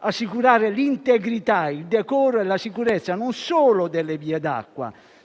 assicurare l'integrità, il decoro e la sicurezza, non solo delle vie d'acqua,